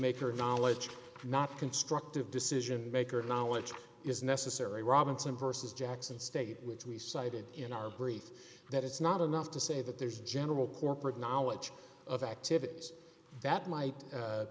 maker knowledge not constructive decision maker now which is necessary robinson versus jackson state which we cited in our brief that it's not enough to say that there's general corporate knowledge of activities that might